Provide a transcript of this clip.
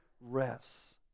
rests